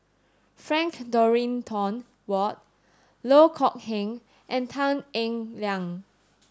Frank Dorrington Ward Loh Kok Heng and Tan Eng Liang